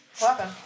Welcome